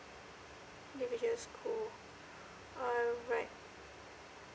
individual school alright